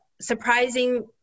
surprising